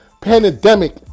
pandemic